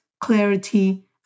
clarity